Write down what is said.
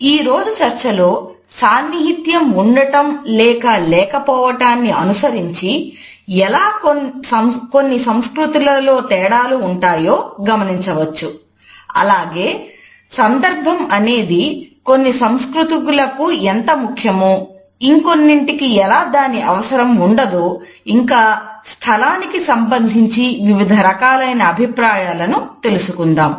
ఈరోజు చర్చలో సాన్నిహిత్యం ఉండటం లేదా లేకపోవటాన్ని అనుసరించి ఎలా కొన్ని సంస్కృతులలో తేడాలు ఉంటాయో గమనించవచ్చు అలాగే సందర్భం అనేది కొన్ని సంస్కృతులకు ఎంత ముఖ్యమో ఇంకొన్నిటికి ఎలా దాని అవసరం ఉండదో ఇంకా స్థలానికి సంబంధించి వివిధ రకాలైన అభిప్రాయాలను తెలుసుకుందాము